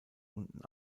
unten